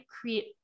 create